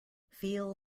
feel